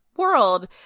World